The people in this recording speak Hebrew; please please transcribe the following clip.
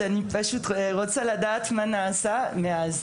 אני פשוט רוצה לדעת מה נעשה מאז,